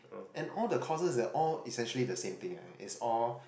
and all the course they are all essentially the same thing eh it's all